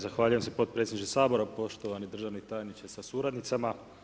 Zahvaljujem se potpredsjedniče Sabora, poštovani državni tajniče sa suradnicama.